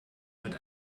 mit